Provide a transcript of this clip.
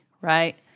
right